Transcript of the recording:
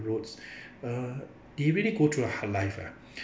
roads uh they really go through a hard life ah